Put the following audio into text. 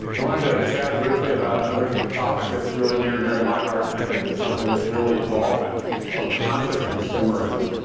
i wanted to ah chat briefly about another topic that's really near and dear to my heart and i think it's something that's really evolving. it's called conscious consumerism.